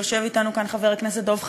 ויושב אתנו כאן חבר הכנסת דב חנין,